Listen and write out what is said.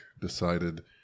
decided